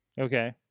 okay